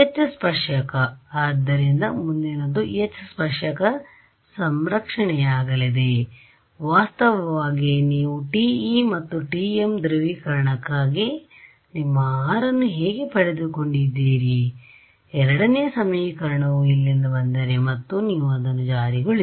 H ಸ್ಪರ್ಶಕ ಆದ್ದರಿಂದ ಮುಂದಿನದು H ಸ್ಪರ್ಶಕ ಸಂರಕ್ಷಣೆಯಾಗಲಿದೆ ವಾಸ್ತವವಾಗಿ ನೀವು TE ಮತ್ತು TM ಧ್ರುವೀಕರಣಕ್ಕಾಗಿ ನಿಮ್ಮ R ಅನ್ನು ಹೇಗೆ ಪಡೆದುಕೊಂಡಿದ್ದೀರಿ ಎರಡನೆಯ ಸಮೀಕರಣವು ಇಲ್ಲಿಂದ ಬಂದರೆ ಮತ್ತು ನೀವು ಅದನ್ನು ಜಾರಿಗೊಳಿಸಿ